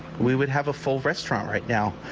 we would have a full restaurant right now.